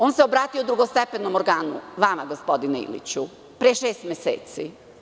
On se obratio drugostepenom organu, vama, gospodine Iliću, pre šest meseci.